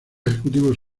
ejecutivos